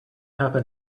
happen